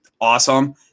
awesome